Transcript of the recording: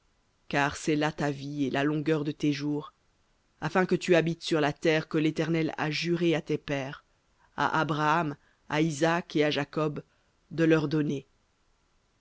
car c'est là ta vie et la longueur de tes jours afin que tu habites sur la terre que l'éternel a juré à tes pères à abraham à isaac et à jacob de leur donner